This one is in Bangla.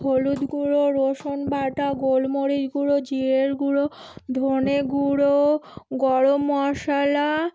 হলুদ গুঁড়ো রসুন বাটা গোলমরিচ গুঁড়ো জিরে গুঁড়ো ধনে গুঁড়ো গরম মশলা